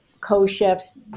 co-chefs